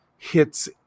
hits